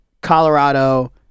colorado